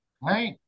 right